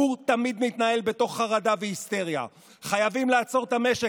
הוא תמיד מתנהל בתוך חרדה והיסטריה: חייבים לעצור את המשק,